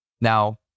Now